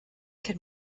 can